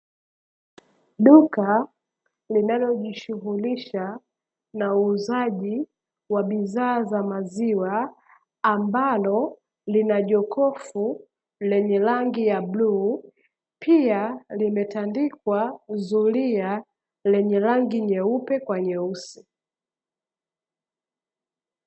Duka linalojishughulisha na uuzaji wa bidhaa za maziwa ambalo lina jokofu lenye rangi ya bluu, pia limetandikwa zulia lenye rangi nyeupe kwa nyeusi.